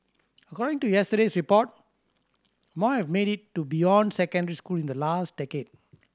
according to yesterday's report more have made it to beyond secondary school in the last decade